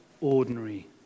ordinary